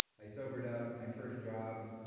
i sobered up. my first job,